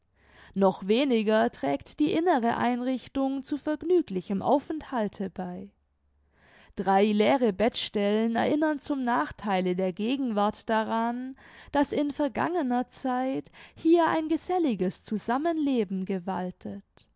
noch weniger trägt die innere einrichtung zu vergnüglichem aufenthalte bei drei leere bettstellen erinnern zum nachtheile der gegenwart daran daß in vergangener zeit hier ein geselliges zusammenleben gewaltet